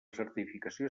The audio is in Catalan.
certificació